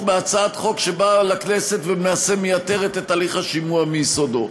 בהצעת חוק שבאה לכנסת ולמעשה מייתרת את הליך השימוע מיסודו.